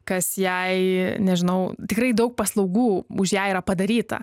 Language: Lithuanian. kas jai nežinau tikrai daug paslaugų už ją yra padaryta